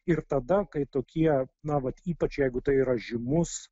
ir tada kai tokie na vat ypač jeigu tai yra žymus